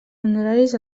honoraris